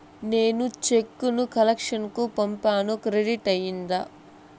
నేను చెక్కు ను కలెక్షన్ కు పంపాను క్రెడిట్ అయ్యిందా